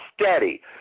steady